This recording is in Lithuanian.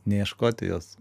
neieškoti jos